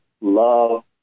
love